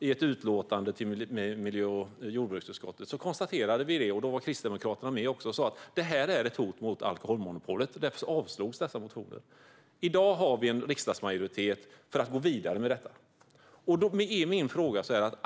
I ett utlåtande till miljö och jordbruksutskottet konstaterade vi detta, och då var Kristdemokraterna också med och sa: Detta är ett hot mot alkoholmonopolet. Därför avslogs de motionerna. I dag har vi en riksdagsmajoritet för att gå vidare med detta.